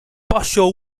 bradshaw